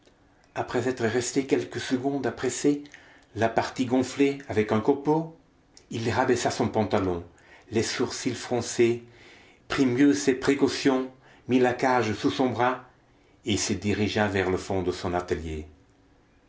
après être resté quelques secondes à presser la partie gonflée avec un copeau il rabaissa son pantalon les sourcils froncés prit mieux ses précautions mit la cage sous son bras et se dirigea vers le fond de son atelier